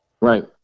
Right